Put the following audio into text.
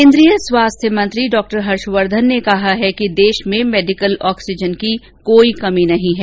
केन्द्रीय स्वास्थ्य मंत्री डॉक्टर हर्षवर्धन ने कहा है कि देश में मेडिकल ऑक्सीजन की कोई कमी नहीं है